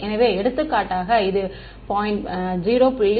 எனவே எடுத்துக்காட்டாக இது 0